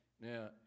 Now